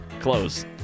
Close